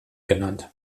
genannt